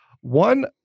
One